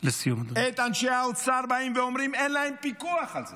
את אנשי האוצר באים ואומרים שאין להם פיקוח על זה.